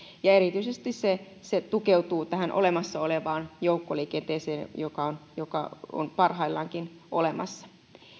ja erityisesti se se tukeutuu tähän olemassa olevaan joukkoliikenteeseen joka joka on parhaillaankin olemassa